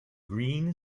green